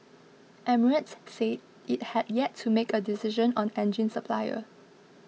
emirates said it had yet to make a decision on engine supplier